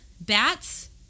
Bats